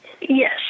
Yes